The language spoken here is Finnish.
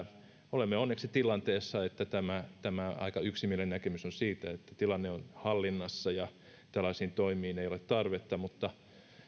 olemme onneksi tilanteessa että on aika yksimielinen näkemys siitä että tilanne on hallinnassa ja tällaisiin toimiin ei ole tarvetta mutta